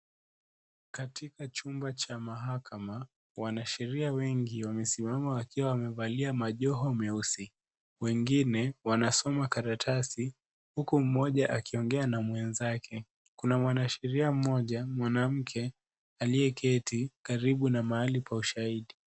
Katika jumba cha mahakama, wanasheria wengi wamesimama wakiwa wamevalia majoho meusi, wengine wanasoma karatasi huku mmoja akiongea na mwenzake, kuna mwanasheria mmoja mwanamke aliyeketi karibu na mahali pa ushahidi.